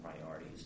priorities